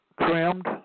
trimmed